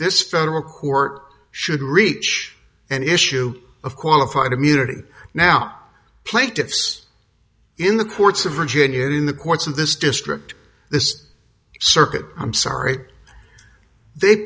this federal court should reach an issue of qualified immunity now plaintiffs in the courts of virginia in the courts in this district this circuit i'm sorry they